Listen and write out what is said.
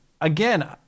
again